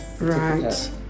Right